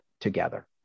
together